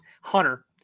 Hunter